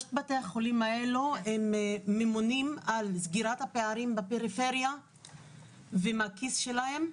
שלושת בתי החולים האלה ממונים על סגירת הפערים בפריפריה ומהכיס שלהם,